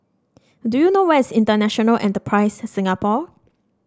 do you know where is International Enterprise Singapore